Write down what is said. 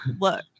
look